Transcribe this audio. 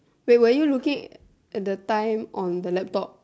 wait were you looking at the time on the laptop